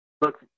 Look